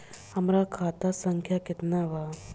हमार खाता संख्या केतना बा?